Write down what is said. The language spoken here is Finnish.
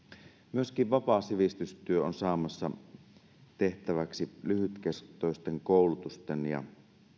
myöskin vapaa sivistystyö on saamassa tehtäväksi lyhytkestoisten koulutusten ja